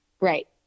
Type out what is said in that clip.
right